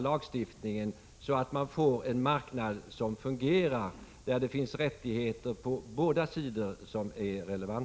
lagstiftningen behöver ändras så att vi får en marknad som fungerar där det finns rättigheter på båda sidor som är relevanta.